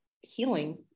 healing